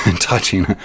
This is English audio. touching